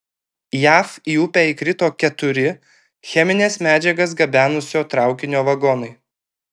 jav į upę įkrito keturi chemines medžiagas gabenusio traukinio vagonai